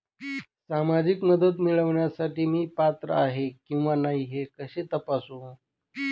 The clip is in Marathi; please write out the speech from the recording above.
सामाजिक मदत मिळविण्यासाठी मी पात्र आहे किंवा नाही हे कसे तपासू?